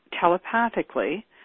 telepathically